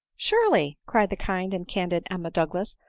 surely, cried the kind and candid emma douglas,